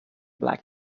black